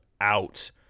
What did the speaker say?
out